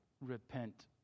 repent